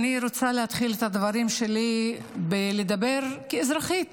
אני רוצה להתחיל את הדברים שלי בלדבר כאזרחית